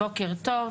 בוקר טוב.